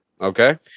Okay